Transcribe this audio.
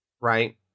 right